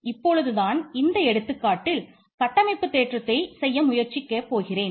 இப்பொழுது நான் இந்த எடுத்துக்காட்டில் கட்டமைப்பு தேற்றத்தை செய்ய முயற்சிக்க போகிறேன்